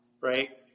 Right